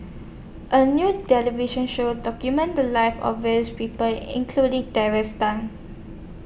A New television Show documented The Lives of various People including Terry Tan